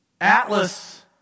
Atlas